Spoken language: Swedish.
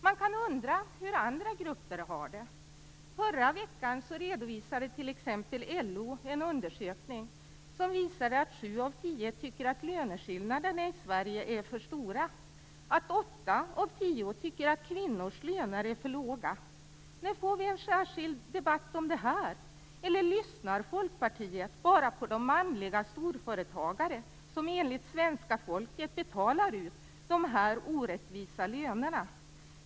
Man kan undra hur andra grupper har det. Förra veckan redovisade LO en undersökning som visade att sju av tio tycker att löneskillnaderna i Sverige är för stora, att åtta av tio tycker att kvinnors löner är för låga. När får vi en särskild debatt om det? Lyssnar Folkpartiet bara på de manliga storföretagare som enligt svenska folket betalar ut de här orättvisa lönerna?